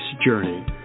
journey